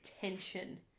tension